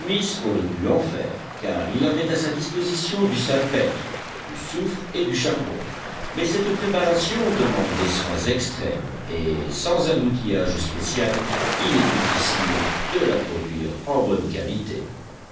aurait pu en faire car il avait à sa disposition du salpêtre du soufre et du charbon mais cette préparation demande des soins extrêmes et sans un outillage spécial il est difficile de la produire en bonne qualité